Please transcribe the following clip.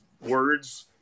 words